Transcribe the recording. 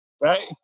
Right